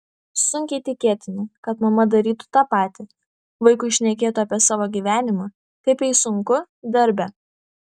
sunkiai tikėtina kad mama darytų tą patį vaikui šnekėtų apie savo gyvenimą kaip jai sunku darbe